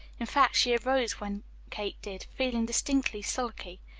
in fact, she arose when kate did, feeling distinctly sulky.